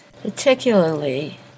particularly